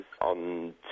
On